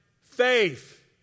faith